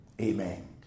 Amen